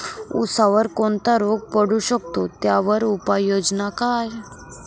ऊसावर कोणता रोग पडू शकतो, त्यावर उपाययोजना काय?